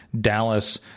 Dallas